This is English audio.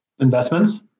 investments